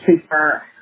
super